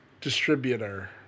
distributor